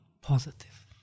positive